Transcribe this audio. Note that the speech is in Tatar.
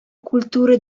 культура